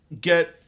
get